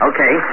Okay